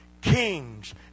kings